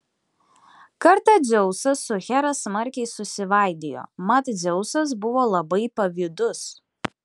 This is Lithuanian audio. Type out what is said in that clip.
kartą dzeusas su hera smarkiai susivaidijo mat dzeusas buvo labai pavydus